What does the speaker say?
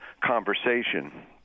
conversation